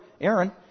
Aaron